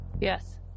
Yes